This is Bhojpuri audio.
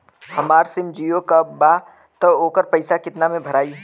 हमार सिम जीओ का बा त ओकर पैसा कितना मे भराई?